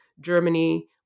Germany